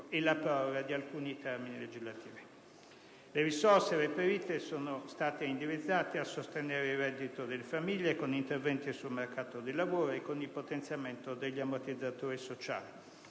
per la proroga di alcuni termini legislativi. Le risorse reperite sono state indirizzate a sostenere il reddito delle famiglie con interventi sul mercato del lavoro e con il potenziamento degli ammortizzatori sociali,